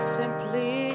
simply